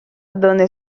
donde